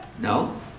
No